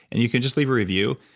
and you can just leave a review.